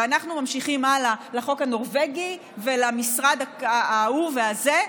ואנחנו ממשיכים הלאה לחוק הנורבגי ולמשרד ההוא והזה,